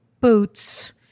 boots